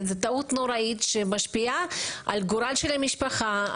זאת טעות נוראית שמשפיעה על גורלה של המשפחה.